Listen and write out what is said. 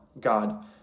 God